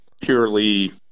purely